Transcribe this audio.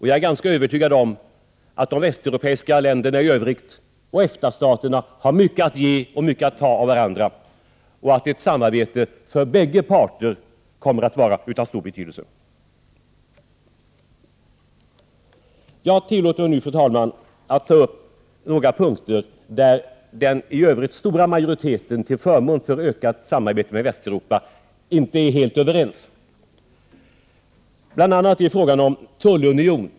Jag är ganska övertygad om att de västeuropeiska länderna i övrigt och EFTA-staterna har mycket att ge varandra och att det är ett samarbete som för bägge parter kommer att vara av stor betydelse. Jag tillåter mig nu, fru talman, att ta upp några punkter där den i övrigt stora majoriteten till förmån för ökat samarbete med Västeuropa inte är helt överens. Det gäller bl.a. frågan om en tullunion.